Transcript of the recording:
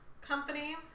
company